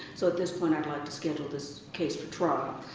so at this point, i'd like to schedule this case for trial.